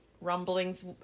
rumblings